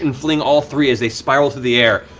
and fling all three as they spiral through the air.